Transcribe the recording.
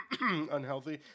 unhealthy